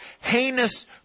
heinous